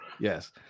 yes